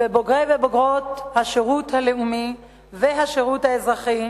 ולבוגרי ובוגרות השירות הלאומי והשירות האזרחי